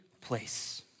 place